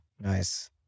Nice